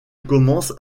commence